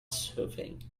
soothing